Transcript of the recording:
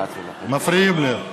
מפריעים לי.